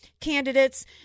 candidates